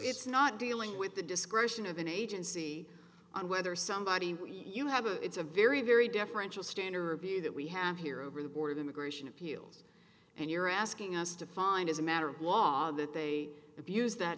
it's not dealing with the discretion of an agency on whether somebody you have a it's a very very deferential standard view that we have here over the board of immigration appeals and you're asking us to find as a matter of law that they abuse that